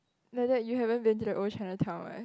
like that you haven't been to the old Chinatown [what]